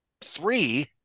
Three